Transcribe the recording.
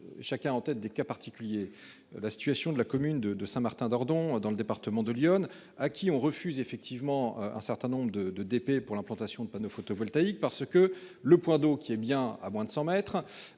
Chacun a en tête des cas particuliers. La situation de la commune de de Saint-Martin Ardon dans le département de l'Yonne à qui on refuse effectivement un certain nombre de de DP pour l'implantation de panneaux photovoltaïques. Parce que le point d'eau qui est bien à moins de 100 mètres